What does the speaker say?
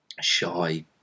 shy